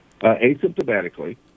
asymptomatically